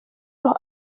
los